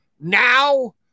Now